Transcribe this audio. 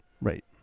Right